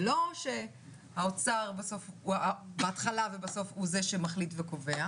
זה לא שהאוצר בהתחלה ובסוף הוא זה שמחליט וקובע,